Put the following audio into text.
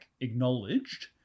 acknowledged